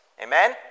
amen